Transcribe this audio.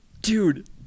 Dude